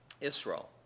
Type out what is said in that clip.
Israel